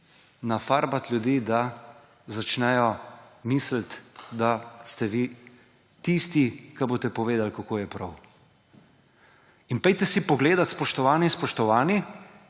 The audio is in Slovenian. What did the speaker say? nafarbati ljudi, da začnejo misliti, da ste vi tisti, ki boste povedali, kako je prav. In pojdite si pogledat, spoštovane in spoštovani,